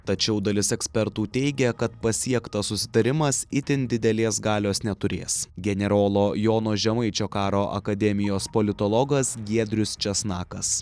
tačiau dalis ekspertų teigia kad pasiektas susitarimas itin didelės galios neturės generolo jono žemaičio karo akademijos politologas giedrius česnakas